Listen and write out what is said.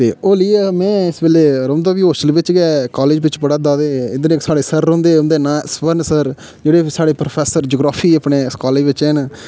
ते होली ऐ में इस बैल्ले रौह्ंदा बी हॉस्टल बिच गै ते कॉलेज़ बिच पढ़ा दा ते इद्धर साढ़े इक सर रौह्न्दे उं'दा नांऽ ऐ स्वर्ण सर जेह्ड़े साढ़े प्रोफेसर जियोग्रॉफी अपने कॉलेज बिच गै न